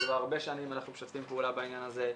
שכבר הרבה שנים אנחנו משתפים פעולה בעניין הזה.